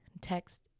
text